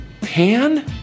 pan